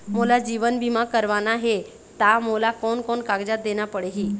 मोला जीवन बीमा करवाना हे ता मोला कोन कोन कागजात देना पड़ही?